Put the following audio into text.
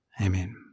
Amen